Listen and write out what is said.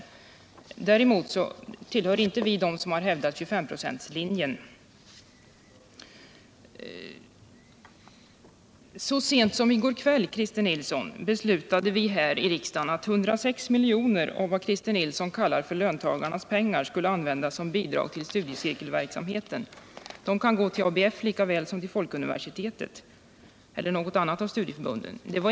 På den punkten har vi inte ändrat oss. Däremot tillhör inte vi dem som har hävdat 25-procentslinjen. Så sent som i går kväll, Christer Nilsson, beslutade vi här i riksdagen att 106 milj.kr. av vad Christer Nilsson kallar för löntagarnas pengar skall användas som bidrag till studiecirkelverksamheten. De pengarna kan gå till ABF lika väl som till Folkuniversitetet eller till något annat av studieförbunden.